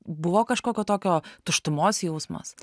buvo kažkokio tokio tuštumos jausmas